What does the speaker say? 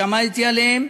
שעמדתי עליהם.